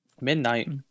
Midnight